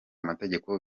amategeko